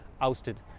ousted